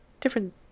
different